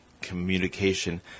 communication